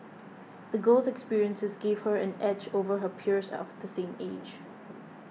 the girl's experiences gave her an edge over her peers of the same age